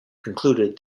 concluded